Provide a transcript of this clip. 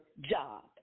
job